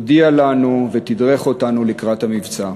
הודיע לנו ותדרך אותנו לקראת המבצע.